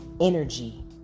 energy